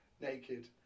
naked